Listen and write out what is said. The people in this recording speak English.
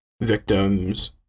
victims